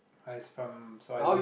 I was from so I learnt